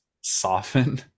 soften